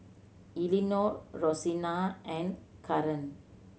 Elinore Rosina and Karan